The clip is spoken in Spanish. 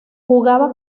jugaba